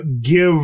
give